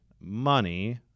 money –